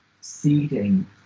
seeding